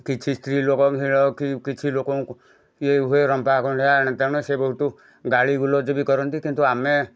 କିଛି ସ୍ତ୍ରୀଲୋକ କିଛି ଲୋକଙ୍କୁ ଇଏ ହୁଏ ରମ୍ପାଖଣ୍ଡିଆ ଏଣୁ ତେଣୁ ସିଏ ବହୁତୁ ଗାଳିଗୁଲଜ ବି କରନ୍ତି କିନ୍ତୁ ଆମେ